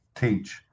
teach